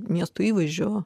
miesto įvaizdžio